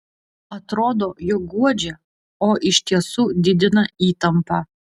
atrodo jog guodžia o iš tiesų didina įtampą